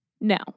No